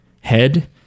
head